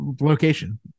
location